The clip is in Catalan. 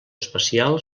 espacial